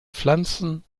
pflanzen